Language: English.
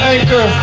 Anchor